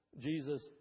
Jesus